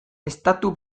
estatu